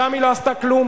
שם היא לא עשתה כלום,